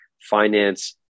finance